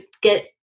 get